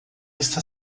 está